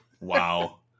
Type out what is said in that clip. Wow